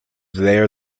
there